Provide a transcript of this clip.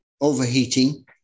overheating